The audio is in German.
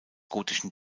gotischen